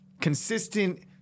consistent –